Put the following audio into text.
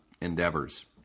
endeavors